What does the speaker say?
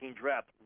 draft